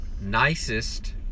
nicest